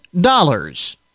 dollars